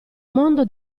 mondo